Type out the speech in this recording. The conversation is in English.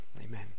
Amen